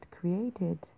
created